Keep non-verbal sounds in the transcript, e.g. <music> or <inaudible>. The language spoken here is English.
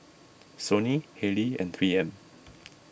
Sony Haylee and three M <noise>